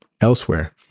Elsewhere